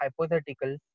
hypothetical